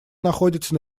находится